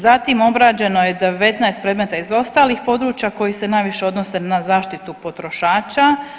Zatim obrađeno je 19 predmeta iz ostalih područja koji se najviše odnose na zaštitu potrošača.